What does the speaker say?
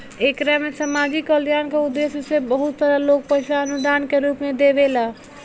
एकरा में सामाजिक कल्याण के उद्देश्य से बहुत सारा लोग पईसा अनुदान के रूप में देवेला